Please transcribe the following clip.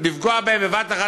לפגוע בהם בבת-אחת,